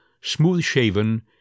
smooth-shaven